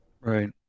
Right